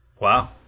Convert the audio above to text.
Wow